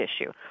issue